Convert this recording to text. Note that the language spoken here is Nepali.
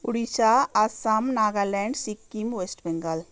उडिसा आसाम नागाल्यान्ड सिक्किम वेस्ट बङ्गाल